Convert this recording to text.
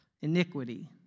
Iniquity